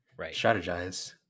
strategize